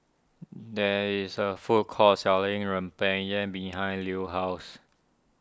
there is a food court selling Rempeyek behind Lue's house